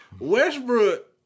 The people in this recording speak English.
Westbrook